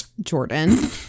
Jordan